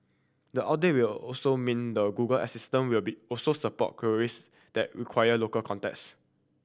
the update will also mean the Google Assistant will be also support queries that require local context